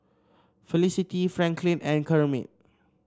Felicity Franklyn and Kermit